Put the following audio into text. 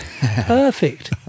Perfect